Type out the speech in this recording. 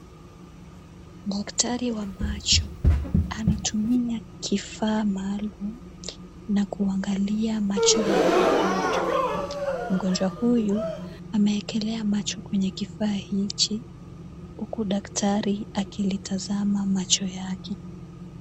Daktari wa macho anatumia kifaa maalum na kuangalia macho ya mgonjwa . Mgonjwa huyu ameekelea macho kwenye kifaa hiki huku daktari akitazama macho yake.